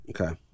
Okay